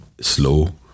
slow